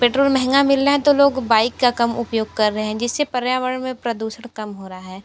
petrol महंगा मिल रहा है तो लोग बाइक का कम उपयोग कर रहे हैं जिस से पर्यावरण में प्रदूषण कम हो रहा है